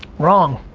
wrong,